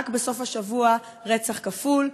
רק בסוף השבוע, רצח כפול.